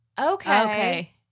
Okay